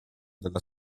della